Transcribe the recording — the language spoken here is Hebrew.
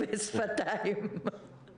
אני רוצה לשים דגש על מסגרות